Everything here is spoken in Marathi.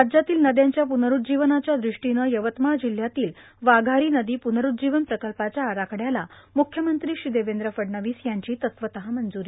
राज्यातील नद्यांच्या प्रनरूज्जीवनाच्या द्रष्टीनं यवतमाळ जिल्ह्यातील वाघारी नदी पुनरूज्जीवन प्रकल्पाच्या आराखड्याला मुख्यमंत्री श्री देवेंद्र फडणवीस यांची तत्त्वतः मंजूरी